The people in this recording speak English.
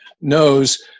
knows